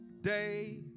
day